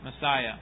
Messiah